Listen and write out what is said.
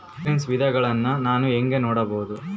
Insurance ವಿಧಗಳನ್ನ ನಾನು ಹೆಂಗ ನೋಡಬಹುದು?